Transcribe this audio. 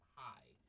high